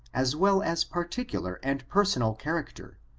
as well as particular and personal character,